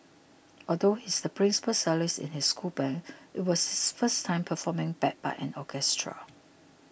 although he is the principal cellist in his school band it was his first time performing backed by an orchestra